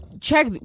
check